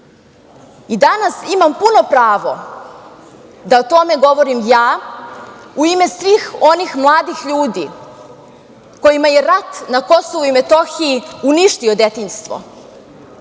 naroda? Danas imam puno pravo da o tome govorim ja u ime svih onih mladih ljudi kojima je rat na KiM uništio detinjstvo,